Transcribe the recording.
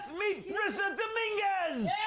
meet brissa dominguez!